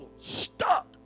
stuck